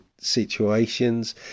situations